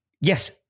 Yes